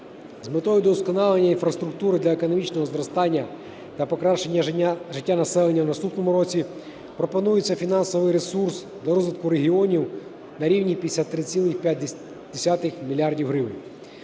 З метою удосконалення інфраструктури для економічного зростання та покращення життя населення у наступному році пропонується фінансовий ресурс для розвитку регіонів на рівні 53,5 мільярда